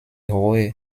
hohe